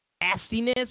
nastiness